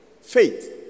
Faith